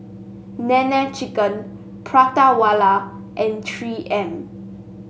Nene Chicken Prata Wala and Three M